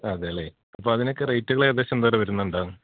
അതേലെ അപ്പതിനൊക്കെ റേറ്റുകളേകദേശം എന്തോരം വരുന്നുണ്ടാവും